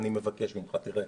אני מבקש ממך, תראה,